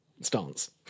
stance